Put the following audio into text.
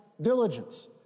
diligence